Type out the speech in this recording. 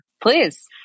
Please